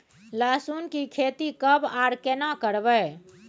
लहसुन की खेती कब आर केना करबै?